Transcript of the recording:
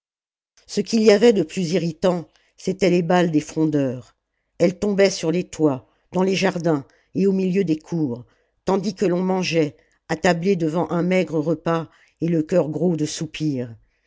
ce qu'il y avait de plus irritant c'était les balles des frondeurs elles tombaient sur les toits dans les jardins et au milieu des cours tandis que l'on mangeait attablé devant un maigre repas et le cœur gros de soupirs